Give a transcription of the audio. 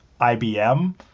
IBM